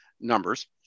numbers